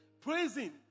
Praising